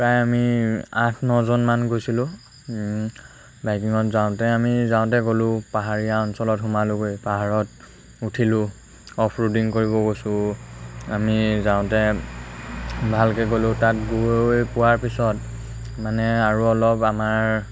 প্ৰায় আমি আঠ নজনমান গৈছিলোঁ বাইকিঙত যাওঁতে আমি যাওঁতে গ'লোঁ পাহাৰীয়া অঞ্চলত সোমালোগৈ পাহাৰত উঠিলোঁ অফ ৰোডিং কৰিব গৈছোঁ আমি যাওঁতে ভালকৈ গ'লোঁ তাত গৈ পোৱাৰ পিছত মানে আৰু অলপ আমাৰ